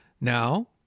Now